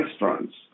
restaurants